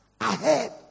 ahead